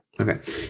Okay